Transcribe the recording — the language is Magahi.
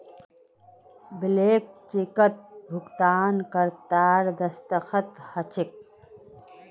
ब्लैंक चेकत भुगतानकर्तार दस्तख्त ह छेक